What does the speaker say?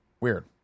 Weird